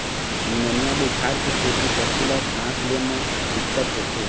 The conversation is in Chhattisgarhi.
निमोनिया बुखार के सेती पशु ल सांस ले म दिक्कत होथे